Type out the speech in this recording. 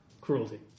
cruelty